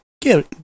get